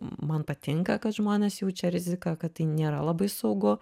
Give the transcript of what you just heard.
man patinka kad žmonės jaučia riziką kad tai nėra labai saugu